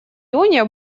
июне